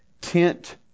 tent